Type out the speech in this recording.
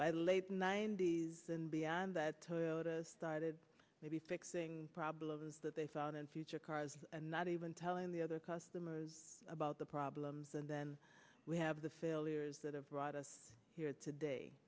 by the late ninety's then beyond that toyota started maybe fixing problems that they found in future cars and not even telling the other customers about the problems and then we have the failures that have brought us here today